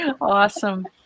Awesome